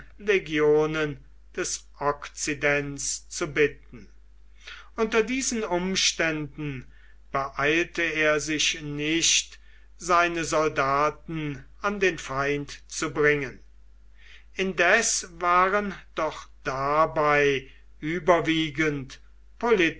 legionen des okzidents zu bitten unter diesen umständen beeilte er sich nicht seine soldaten an den feind zu bringen indes waren doch dabei überwiegend